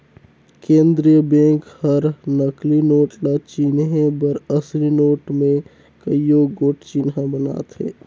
केंद्रीय बेंक हर नकली नोट ल चिनहे बर असली नोट में कइयो गोट चिन्हा बनाथे